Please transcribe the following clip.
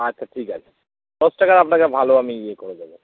আচ্ছা ঠিক আছে দশ টাকার আপনাকে ভালো আমি ইয়ে করে দেব